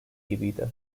gibiydi